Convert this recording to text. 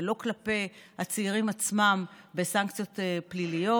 ולא כלפי הצעירים עצמם בסנקציות פליליות,